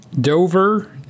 Dover